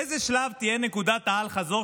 באיזה שלב תהיה נקודת האל-חזור,